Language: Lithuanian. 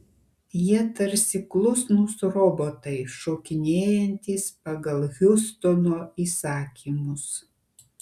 jie tarsi klusnūs robotai šokinėjantys pagal hiustono įsakymus